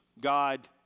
God